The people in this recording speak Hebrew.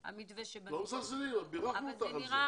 לא מזלזלים, בירכנו אותך על זה.